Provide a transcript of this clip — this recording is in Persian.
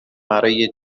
برای